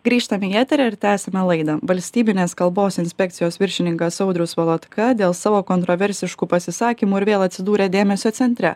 grįžtam į eterį ir tęsiame laidą valstybinės kalbos inspekcijos viršininkas audrius valatka dėl savo kontroversiškų pasisakymų ir vėl atsidūrė dėmesio centre